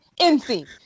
NC